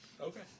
Okay